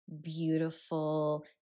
beautiful